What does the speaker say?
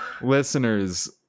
listeners